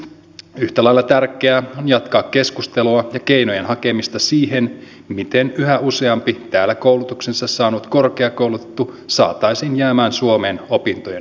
yhtä lailla tärkeää on jatkaa keskustelua ja keinojen hakemista siihen miten yhä useampi täällä koulutuksensa saanut korkeakoulutettu saataisiin jäämään suomeen opintojen päätteeksi